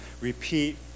repeat